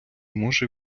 може